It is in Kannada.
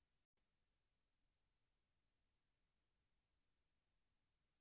ನನ್ನ ಪ್ರಸ್ತುತ ಖಾತೆಗೆ ಕನಿಷ್ಠ ಬ್ಯಾಲೆನ್ಸ್ ಎಷ್ಟು ಅದರಿ?